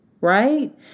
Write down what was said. right